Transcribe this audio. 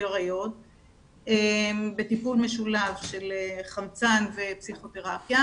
עריות בטיפול משולב של חמצן ופסיכותרפיה,